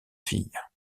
fille